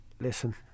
listen